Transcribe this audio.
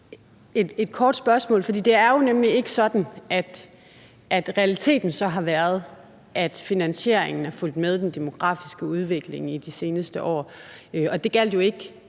en kommentar, for det er jo nemlig ikke sådan, at realiteten har været, at finansieringen er fulgt med den demografiske udvikling i de seneste år, og det gjaldt ikke